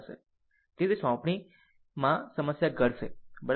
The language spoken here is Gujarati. તે રીતે સોંપણીમાં સમસ્યા ઘડશે બરાબર